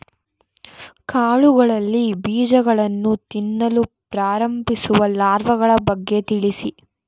ಕಾಳುಗಳಲ್ಲಿ ಬೀಜಗಳನ್ನು ತಿನ್ನಲು ಪ್ರಾರಂಭಿಸುವ ಲಾರ್ವಗಳ ಬಗ್ಗೆ ತಿಳಿಸಿ?